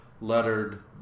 lettered